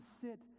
sit